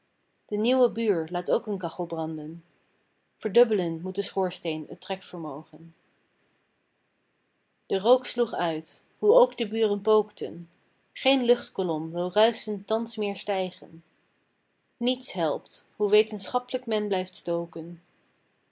de nieuwe buur laat ook een kachel branden verdubbelen moet de schoorsteen t trekvermogen de rook sloeg uit hoe ook de buren pookten geen luchtkolom wil ruischend thans meer stijgen niets helpt hoe wetenschaplijk men blijft stoken